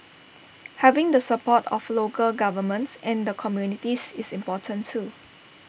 having the support of local governments and the communities is important too